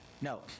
No